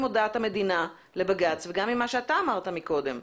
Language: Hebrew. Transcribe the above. הודעת המדינה לבג"ץ וגם עם מה שאתה אמרת קודם.